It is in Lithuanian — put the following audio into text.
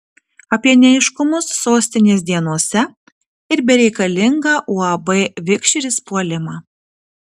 apie neaiškumus sostinės dienose ir bereikalingą uab vikšris puolimą